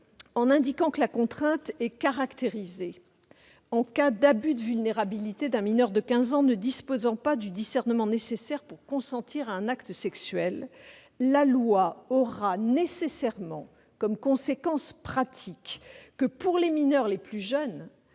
En indiquant que la contrainte est caractérisée en cas d'abus de la vulnérabilité d'un mineur de quinze ans ne disposant pas du discernement nécessaire pour consentir à un acte sexuel, la loi aura nécessairement pour conséquence pratique, pour les mineurs les plus jeunes,